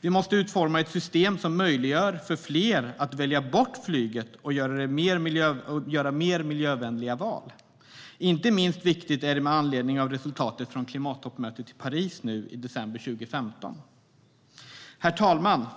Vi måste utforma ett system som möjliggör för fler att välja bort flyget och göra mer miljövänliga val. Det är viktigt, inte minst med anledning av resultatet från klimattoppmötet i Paris i december 2015. Herr talman!